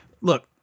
look